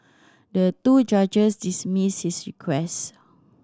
the two judges dismissed his request